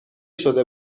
شده